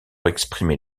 exprimer